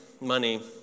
money